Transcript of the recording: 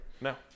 No